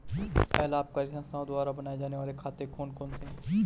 अलाभकारी संस्थाओं द्वारा बनाए जाने वाले खाते कौन कौनसे हैं?